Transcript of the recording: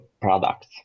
products